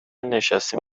نشستیم